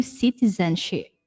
citizenship